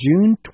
June